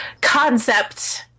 concept